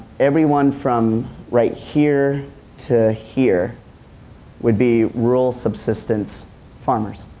everyone from right here to here would be rural subsistence farmers.